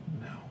No